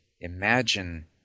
Imagine